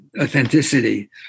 authenticity